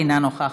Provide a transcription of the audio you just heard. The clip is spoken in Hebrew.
אינה נוכחת,